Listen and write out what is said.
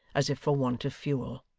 as if for want of fuel.